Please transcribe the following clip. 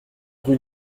rue